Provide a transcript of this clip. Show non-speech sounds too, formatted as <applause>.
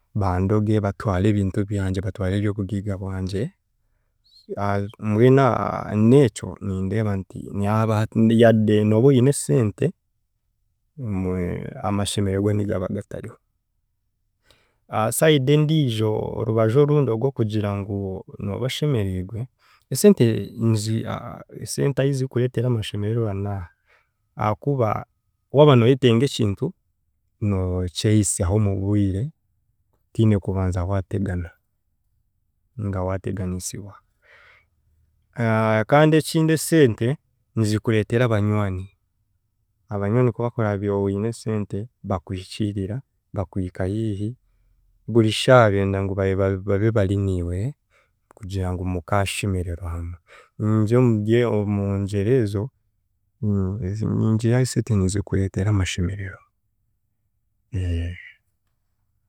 Bandoge batware ebintu byagye, batware eby’obugiiga bwangye <hesitation> mbwenu <hesitation> n’ekyo nindeeba nti naaba yade nooba oine eseete, amashemeregwa nigaba gatariho, <hesitation> side endijio, orubaju orundi ogw'okugira ngu nooba oshemeriigwe esente nizi a- a- esente ahi zikureetera amashemererwa n’aha ahaakuba waaba nooyetenga ekintu nookyehisyaho omu bwire otiine kubanza waategana ninga waateganisibwa <hesitation> kandi ekindi eseete nizikureetera abanywani, abanywani kubakureeba oine sente bakuhikiirira bakuhika hiihi, buri shaaha benda ngu ba- baabe bari niiwe kugira ngu mukaashemererwa, ningira omu rye omungyero ezo, ningira eseete nizikureetera amashemererwa.